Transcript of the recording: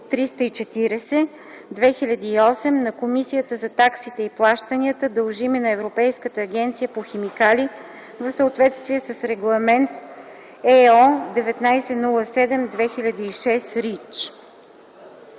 340/2008 на Комисията за таксите и плащанията, дължими на Европейската агенция по химикали в съответствие с Регламент (ЕО) № 1907/2006